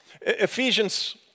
Ephesians